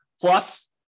Plus